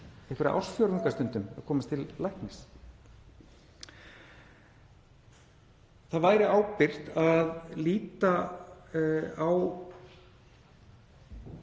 einhverja ársfjórðunga að komast til læknis. Það væri ábyrgt að líta á